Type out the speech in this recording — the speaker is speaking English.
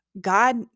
God